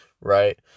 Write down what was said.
right